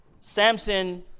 Samson